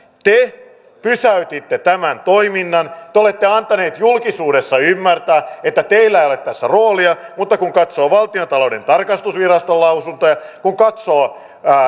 te pysäytitte tämän toiminnan te olette antanut julkisuudessa ymmärtää että teillä ei ole tässä roolia mutta kun katsoo valtiontalouden tarkastusviraston lausuntoja kun katsoo